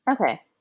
Okay